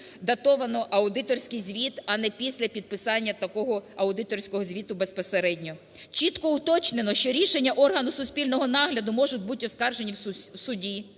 датовано аудиторський звіт, а не після підписання такого аудиторського звіту безпосередньо. Чітко уточнено, що рішення органу суспільного нагляду можуть бути оскаржені в суді,